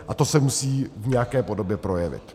A to se musí v nějaké podobě projevit.